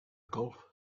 golf